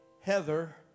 Heather